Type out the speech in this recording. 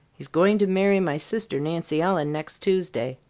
he's going to marry my sister nancy ellen next tuesday.